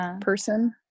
person